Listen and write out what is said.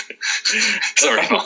Sorry